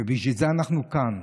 ובשביל זה אנחנו כאן,